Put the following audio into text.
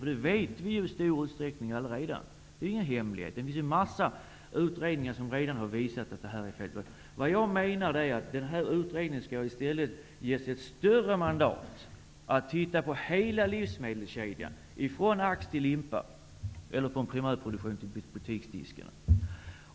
Det vet vi redan i stor utsträckning. Det är ingen hemlighet, utan det finns en mängd utredningar som har visat på detta. Utredningen skall i stället ges ett större mandat att se på hela livsmedelskedjan, från ax till limpa eller från primärproduktion till butiksdiskarna.